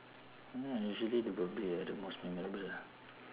usually the birthday are the most memorable lah